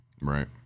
Right